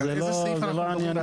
זה לא ענייני.